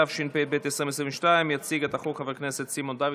התשפ"ב 2022. יציג את הצעת החוק חבר הכנסת סימון דוידסון,